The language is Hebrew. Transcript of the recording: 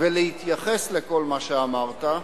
ולהתייחס לכל מה שאמרת,